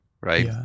right